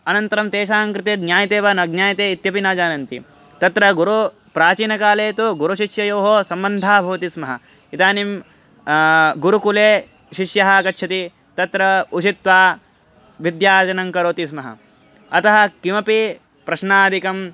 अनन्तरं तेषां कृते ज्ञायते वा न ज्ञायते इत्यपि न जानन्ति तत्र गुरुः प्राचीनकाले तु गुरुशिष्ययोः सम्बन्धः भवति स्म इदानीं गुरुकुले शिष्यः आगच्छति तत्र उशित्वा विद्यार्जनं करोति स्म अतः किमपि प्रश्नादिकं